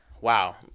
wow